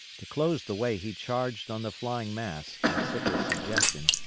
to close the way he charged on the flying mass, at sickles' suggestion,